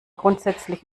grundsätzlich